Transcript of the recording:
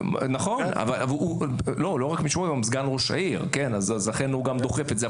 הוא סגן ראש העיר, לכן הוא גם דוחף את זה.